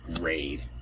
raid